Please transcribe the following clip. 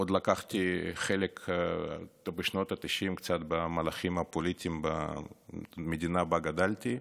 לקחתי חלק עוד בשנות התשעים במהלכים הפוליטיים במדינה שבה גדלתי,